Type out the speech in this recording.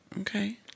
Okay